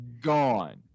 Gone